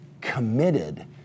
committed